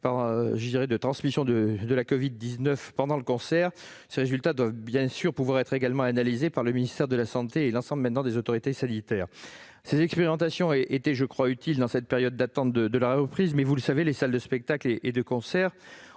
pas eu de surrisque de transmission du covid-19 pendant le concert. Ces résultats doivent pouvoir être également analysés par le ministère de la santé et l'ensemble des autorités sanitaires. Ces expérimentations étaient, je crois, utiles dans cette période d'attente de la reprise. Vous le savez, les salles de spectacles et de concerts ont